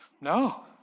no